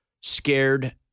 scared